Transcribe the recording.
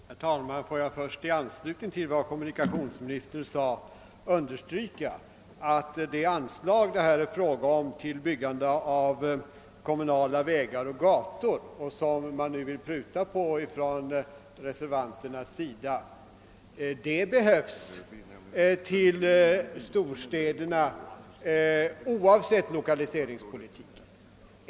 Herr talman! Får jag först i anslutning till vad kommunikationsministern sade understryka att det anslag som det här är fråga om till byggande av kommunala vägar och gator och som man nu vill pruta på ifrån reservanternas sida måste tillföras storstäderna oavsett lokaliseringspolitiken.